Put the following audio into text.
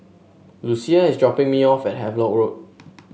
Lucia is dropping me off at Havelock Road